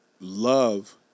love